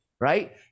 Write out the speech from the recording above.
right